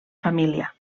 família